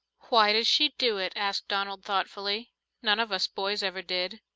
why does she do it? asked donald, thoughtfully none of us boys ever did.